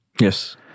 Yes